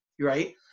right